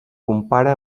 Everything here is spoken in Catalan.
compara